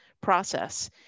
process